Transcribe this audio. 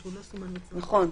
נכון,